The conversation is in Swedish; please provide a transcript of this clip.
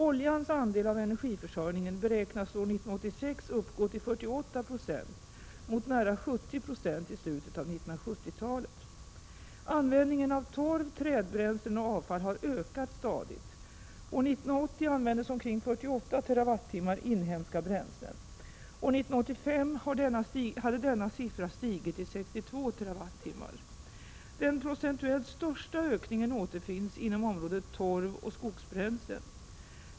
Oljans andel av energiförsörjningen beräknas år 1986 uppgå till 48 26 mot nära 70 96 i slutet av 1970-talet. Användningen av torv, trädbränslen och avfall har ökat stadigt. År 1980 användes omkring 48 TWh inhemska bränslen. År 1985 hade denna siffra stigit till 62 TWh. Den procentuellt största ökningen återfinns inom området torv och skogsbränslen.